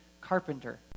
carpenter